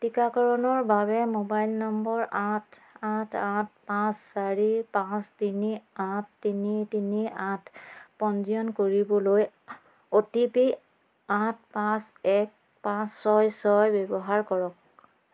টিকাকৰণৰ বাবে mobile number আঠ আঠ আঠ পাঁচ চাৰি পাঁচ তিনি আঠ তিনি তিনি আঠ পঞ্জীয়ন কৰিবলৈ অ'টিপি আঠ পাঁচ এক পাঁচ ছয় ছয় ব্যৱহাৰ কৰক